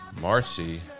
Marcy